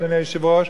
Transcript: אדוני היושב-ראש,